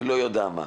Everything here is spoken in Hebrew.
אני לא יודע מה.